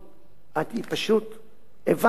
הבנתי שלא הסבירו לה את העניין.